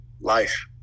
life